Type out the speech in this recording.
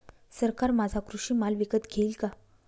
सरकार माझा कृषी माल विकत घेईल का?